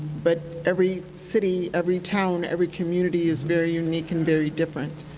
but every city, every town, every community is very unique and very different.